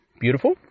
Beautiful